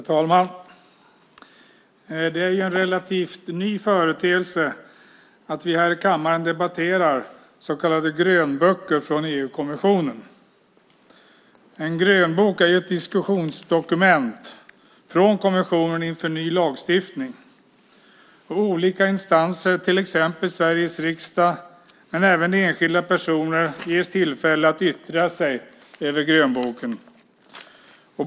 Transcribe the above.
Herr talman! Det är en relativt ny företeelse att vi här i kammaren debatterar så kallade grönböcker från EU-kommissionen. En grönbok är ett diskussionsdokument från kommissionen inför ny lagstiftning. Olika instanser, till exempel Sveriges riksdag, men även enskilda personer ges tillfälle att yttra sig över grönboken.